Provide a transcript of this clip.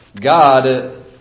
God